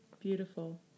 Beautiful